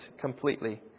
completely